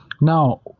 now